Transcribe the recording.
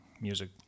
music